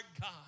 God